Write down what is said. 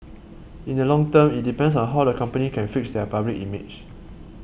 in the long term it depends on how the company can fix their public image